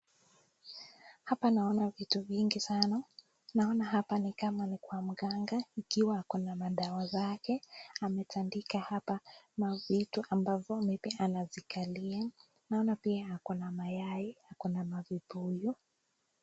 Hapa naona vitu mingi sana hapa inaeza kuwa ni kwa mganga akiwa akona madawa zake, ametaandika hapa mavitu anazikalia, naona pia akona mayai.